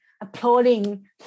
applauding